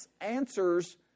answers